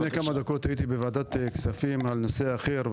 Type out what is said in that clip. לפני כמה דקות הייתי בוועדת הכספים בנושא אחר.